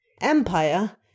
Empire